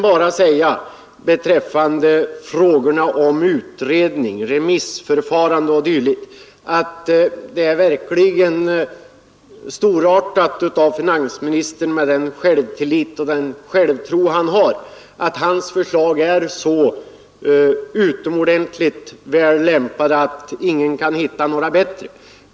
Vad beträffar frågorna om utredning, remissförfarande o. d. är det verkligen storartat att finansministern med den självtillit och det självförtroende som han besitter är övertygad om att hans förslag är så utomordentligt väl lämpade att ingen kan hitta några bättre.